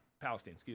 Palestine